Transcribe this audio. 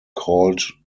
called